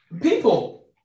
People